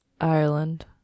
Ireland